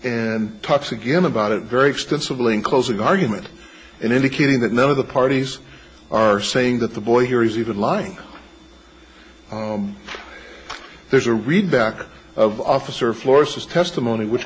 and talks again about it very extensively in closing argument and indicating that none of the parties are saying that the boy here is even lying there's a read back of officer floor says testimony which